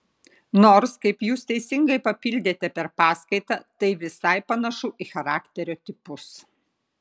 nors kaip jūs teisingai papildėte per paskaitą tai visai panašu į charakterio tipus